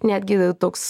netgi toks